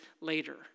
later